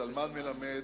זלמן מלמד,